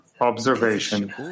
observation